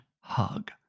hug